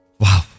Wow